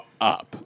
up